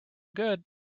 good